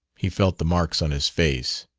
he felt the marks on his face.